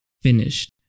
finished